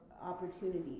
opportunities